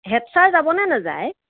head sir যাবনে নেযায়